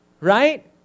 right